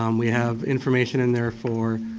um we have information and therefore